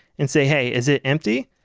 and say, hey, is it empty?